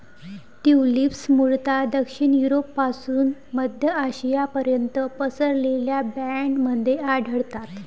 tulips मूळतः दक्षिण युरोपपासून मध्य आशियापर्यंत पसरलेल्या बँडमध्ये आढळतात